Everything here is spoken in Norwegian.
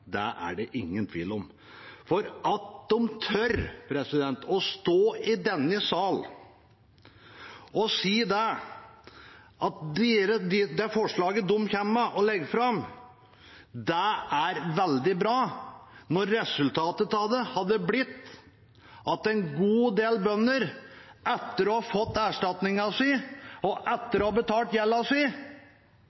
det er det ingen tvil om. At de tør å stå i denne salen og si at det forslaget de kommer med og legger fram, er veldig bra, når resultatet av det hadde blitt at en god del bønder, etter å ha fått erstatningen sin og